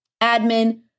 admin